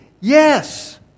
Yes